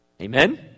Amen